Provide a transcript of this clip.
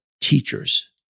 teachers